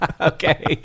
okay